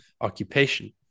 occupation